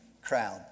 crowd